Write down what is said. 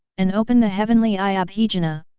and open the heavenly eye abhijna!